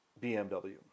BMW